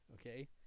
Okay